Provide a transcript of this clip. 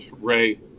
Ray